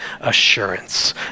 assurance